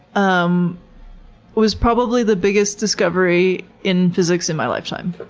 um was probably the biggest discovery in physics in my lifetime.